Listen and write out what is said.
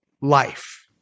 life